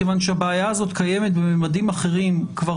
מכיוון שהבעיה הזאת קיימת בממדים אחרים כבר